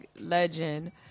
legend